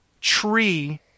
tree